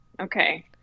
Okay